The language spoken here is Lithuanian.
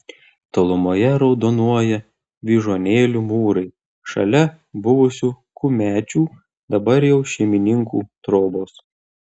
tolumoje raudonuoja vyžuonėlių mūrai šalia buvusių kumečių dabar jau šeimininkų trobos